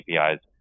APIs